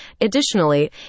Additionally